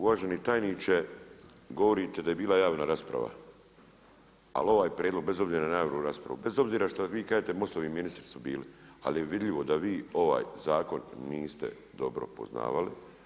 Uvaženi tajniče, govorite da je bila javna rasprava ali ovaj prijedlog bez obzira na javnu raspravu, bez obzira što vi kažete MOST-ovi ministri su bili ali je vidljivo da vi ovaj zakon niste dobro poznavali.